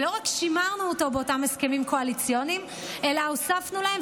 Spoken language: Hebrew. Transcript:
ולא רק שימרנו אותו באותם הסכמים קואליציוניים אלא הוספנו להן,